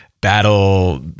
battle